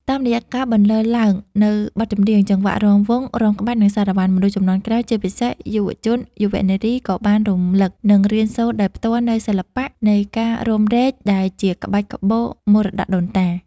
តាមរយៈការបន្លឺឡើងនូវបទចម្រៀង ចង្វាក់រាំវង់ រាំក្បាច់ និងសារ៉ាវ៉ាន់ មនុស្សជំនាន់ក្រោយ ជាពិសេសយុវជនយុវនារី ក៏បានរំលឹក និងរៀនសូត្រដោយផ្ទាល់នូវសិល្បៈនៃការរាំរែកដែលជាក្បាច់ក្បូរមរតកដូនតា។